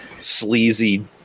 sleazy